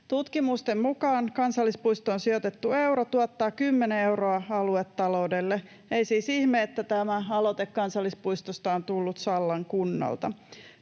Tutkimusten mukaan kansallispuistoon sijoitettu euro tuottaa 10 euroa aluetaloudelle. Ei siis ihme, että tämä aloite kansallispuistosta on tullut Sallan kunnalta.